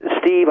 Steve